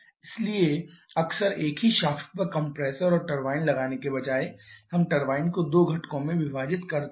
इसलिए अक्सर एक ही शाफ्ट पर कंप्रेसर और टरबाइन लगाने के बजाय हम टरबाइन को दो घटकों में विभाजित करते हैं